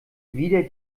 wieder